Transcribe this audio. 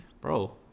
bro